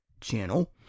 channel